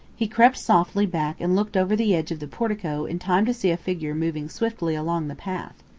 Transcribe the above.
he crept softly back and looked over the edge of the portico in time to see a figure moving swiftly along the path.